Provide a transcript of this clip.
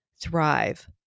thrive